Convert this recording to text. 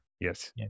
Yes